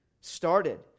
started